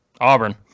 Auburn